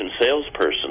salesperson